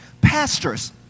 Pastors